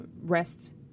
rest